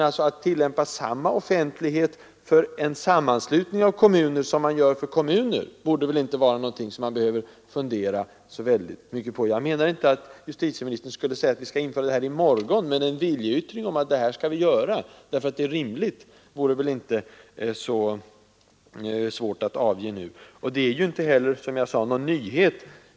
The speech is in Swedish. Att tillämpa samma offentlighet för en sammanslutning av kommuner som man gör för varje kommun borde väl inte vara något som man behöver tveka så mycket inför. Jag menar inte att justitieministern skulle säga att vi skall införa denna ordning i morgon, men en viljeyttring, innebärande att så bör ske därför att det är rimligt, vore väl inte så svår att avge nu. Det är, som jag sade, inte heller fråga om någon nyhet.